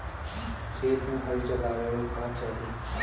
खेत मे हल चलावेला का चाही?